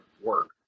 work